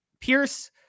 Pierce